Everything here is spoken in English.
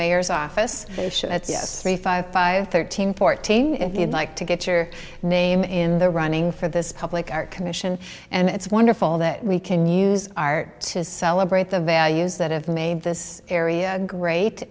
mayor's office three five five thirteen fourteen if you'd like to get your name in the running for this public art commission and it's wonderful that we can use art to celebrate the values that have made this area great